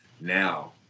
Now